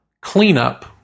cleanup